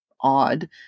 odd